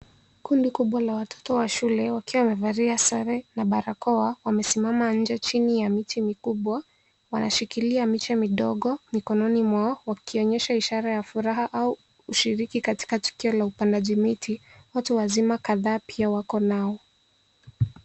Kundi kubwa la watoto wa shule wakiwa wamevalia sare na barakoa wamesimama nje chini ya miti mikubwa. Wanashikilia miche midogo mikononi mwao wakionyesha ishara ya furaha au ushiriki katika tukio la upandaji miti. Watu wazima kadhaa pia wako nao.